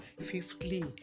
fifthly